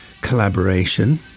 collaboration